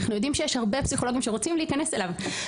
אנחנו יודעים שיש הרבה פסיכולוגים שרוצים להיכנס אליו.